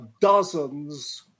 dozens